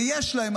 ועדיין יש להם,